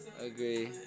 Agree